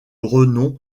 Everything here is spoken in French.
renom